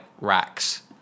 racks